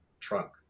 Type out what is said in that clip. trunk